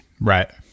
Right